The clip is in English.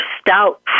stout